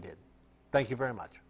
did thank you very much